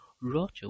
Roger